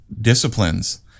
disciplines